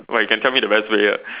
!wah! you can tell me the best way ah